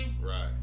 Right